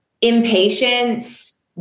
impatience